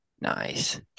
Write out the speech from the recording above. Nice